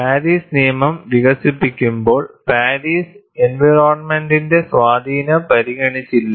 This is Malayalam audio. പാരീസ് നിയമം വികസിപ്പിക്കുമ്പോൾ പാരിസ് എൻവയറോണ്മെന്റിന്റെ സ്വാധീനം പരിഗണിച്ചില്ല